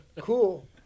cool